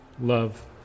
love